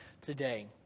today